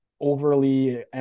overly